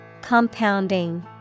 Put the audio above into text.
Compounding